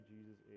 Jesus